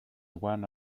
one